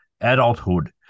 adulthood